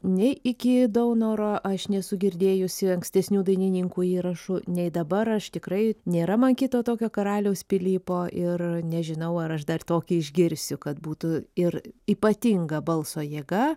nei iki daunoro aš nesu girdėjusi ankstesnių dainininkų įrašų nei dabar aš tikrai nėra man kito tokio karaliaus pilypo ir nežinau ar aš dar tokį išgirsiu kad būtų ir ypatinga balso jėga